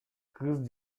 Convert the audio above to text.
кыз